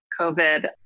COVID